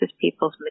people's